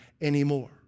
anymore